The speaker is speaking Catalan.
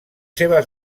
seves